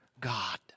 God